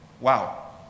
Wow